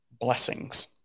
blessings